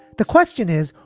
the question is,